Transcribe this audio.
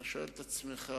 אתה שואל את עצמך,